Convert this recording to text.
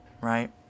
right